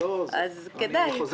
אז כדאי.